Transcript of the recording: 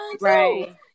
Right